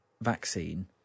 vaccine